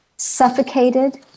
suffocated